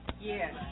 Yes